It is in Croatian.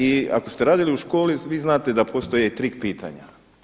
I ako ste radili u školi vi znate da postoje trik pitanja.